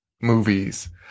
movies